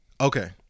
Okay